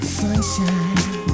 sunshine